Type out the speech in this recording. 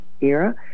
era